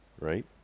right